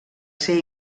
ser